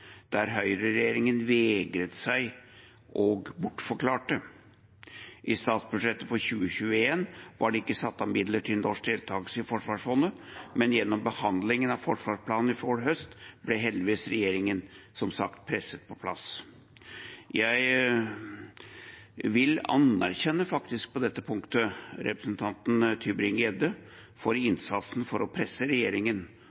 høyreregjeringen vegret seg og bortforklarte. I statsbudsjettet for 2021 var det ikke satt av midler til norsk deltakelse i forsvarsfondet, men gjennom behandlingen av forsvarsplanen i fjor høst ble heldigvis regjeringen som sagt, presset på plass. På dette punktet vil jeg faktisk anerkjenne representanten Tybring-Gjedde for innsatsen med å presse regjeringen for